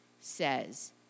says